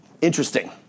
interesting